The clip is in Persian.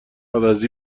عوضی